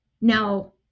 Now